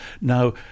Now